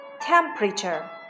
temperature